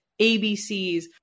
ABCs